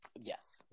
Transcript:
Yes